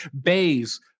Bays